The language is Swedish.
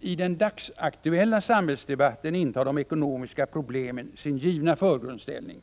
”I den dagsaktuella samhällsdebatten intar de ekonomiska problemen sin givna förgrundsställning.